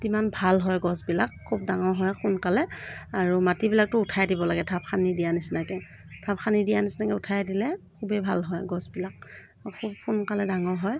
তিমান ভাল হয় গছবিলাক খুব ডাঙৰ হয় সোনকালে আৰু মাটিবিলাকতো উঠাই দিব লাগে ঢাপ খান্দি দিয়াৰ নিচিনাকৈ ঢাপ খান্দি দিয়াৰ নিচিনাকৈ উঠাই দিলে খুবেই ভাল হয় গছবিলাক খুব সোনকালে ডাঙৰ হয়